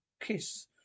kiss